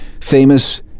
famous